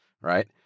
right